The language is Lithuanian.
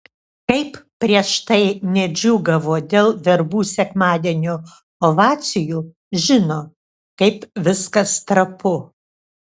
kaip prieš tai nedžiūgavo dėl verbų sekmadienio ovacijų žino kaip viskas trapu